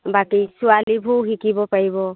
বাকী ছোৱালীবোৰে শিকিব পাৰিব